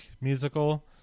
musical